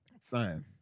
Fine